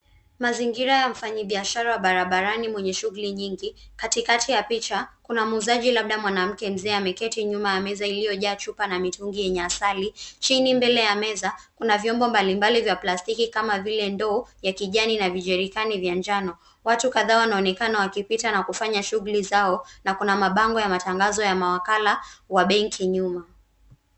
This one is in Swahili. Mazingira ya mfanyibiashara wa barabarani mwenye shughuli nyingi. Katikati ya picha kuna muuzaji labda mwanamke mzee ameketi nyuma ya meza iliyojaa chupa na mitungi yenye asali. Chini mbele ya meza kuna vyombo mbalimbali vya plastiki kama vile ndoo ya kijani na vijerikani vya njano. Watu kadhaa wanaonekana wakipita na kufanya shughuli zao na kuna mabango ya matangazo ya mawakala wa benki nyuma.